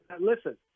listen